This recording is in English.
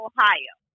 Ohio